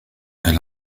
elle